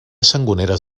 sangoneres